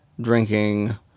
drinking